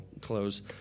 close